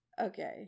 okay